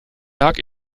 lag